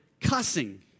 cussing